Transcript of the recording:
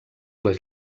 les